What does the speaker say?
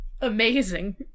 Amazing